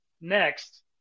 next